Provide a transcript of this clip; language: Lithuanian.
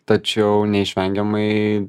tačiau neišvengiamai